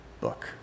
book